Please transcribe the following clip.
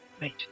Wait